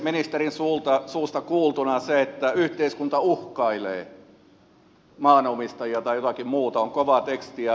ministerin suusta kuultuna se että yhteiskunta uhkailee maanomistajia tai jotakin muuta on kovaa tekstiä